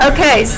Okay